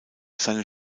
seine